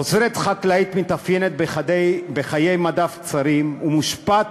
תוצרת חקלאית מתאפיינת בחיי מדף קצרים ומושפעת